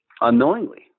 unknowingly